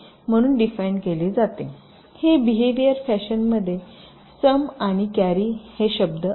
C म्हणून define केली जाते हे बीहेवियर फॅशनमध्ये सम आणि कॅरी हा शब्द आहेत